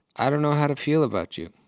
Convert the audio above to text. i don't know how to feel about you.